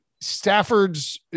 Stafford's